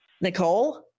Nicole